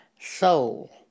soul